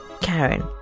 Karen